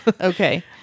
Okay